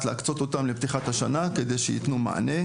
להקצות אותם לפתיחת השנה כדי שיתנו מענה,